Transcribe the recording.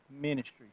ministry